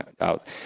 out